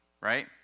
right